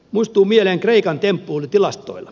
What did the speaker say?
muistuu mieleen kreikan temppuilu tilastoilla